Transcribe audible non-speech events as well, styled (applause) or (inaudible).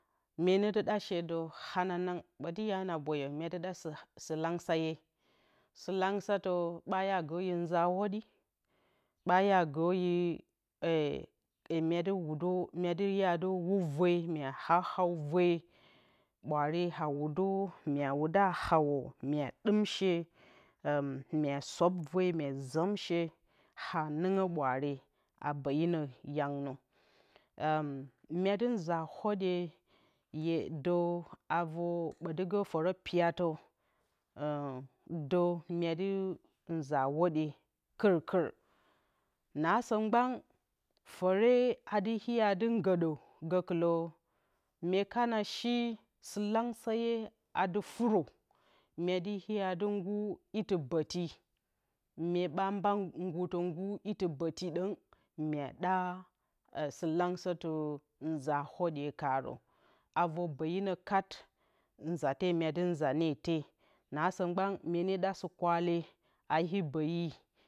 Myenedɨ lda shedǝw hananang ɓoti ya na boyǝ mena ɗa sǝ langsǝye, sǝlangsǝtǝ ɓa iya gǝ ee nza whǝdi, ɓa iya gǝ (hesitation) (unintelligible) myedɨ iya jik vǝwa hau vǝw ɓwaare hauwǝ dɨ mye wuda hawǝ a dɨm she. (hesitation) (unintelligible) ye sop vǝwzɨm shee hanɨngǝ ɓwaare a bǝyinǝ yang nǝ. (hesitation) myedɨ nza whǝdƴe dǝ ado (unintelligible) ɓodɨgǝ fǝrǝ piyat (hesitation) dǝ myedɨ nza whodye kɨrkɨr nasǝ mgbna fǝre adɨ iye dɨ dɨ ngǝdǝ gǝkɨlǝ mye kana shisɨlansǝye adɨ furǝ yedɨ iya dɨ ngɨr iti ɓǝti myeɓa mba ngɨtɨ ngur iti bǝti dǝng mye ɗa sɨlangsǝtǝ. nza whodyekarǝn avǝr ɓǝyinǝ kat nzate myedɨ nzate ne te nasǝ mgban myenedɨ ɗa sɨkwale ahib bayi